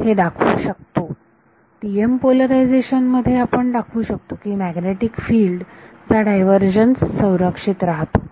हे दाखवू शकतो TM पोलरायझेशन मध्ये आपण दाखवू शकतो की मॅग्नेटिक फील्ड चा ड्रायव्हर्जन्स संरक्षित राहतो